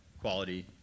quality